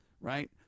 right